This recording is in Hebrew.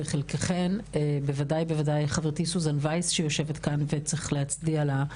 וחלקכן ובוודאי חברתי סוזן וייס שיושבת כאן וצריך להצדיע לה,